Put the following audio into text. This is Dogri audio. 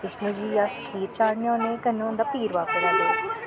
बिश्णु जी अस खीर चाढ़न्ने होन्ने कन्नै होंदा पीर बाबे दा दिन